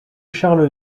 charles